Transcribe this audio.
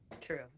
true